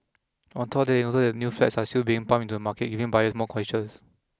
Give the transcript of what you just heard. on top of that they noted that new flats are still being pumped into the market giving buyers more choices